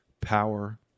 power